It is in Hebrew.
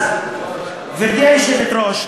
גברתי היושבת-ראש,